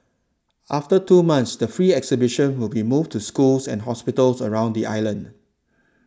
after two months the free exhibition will be moved to schools and hospitals around the island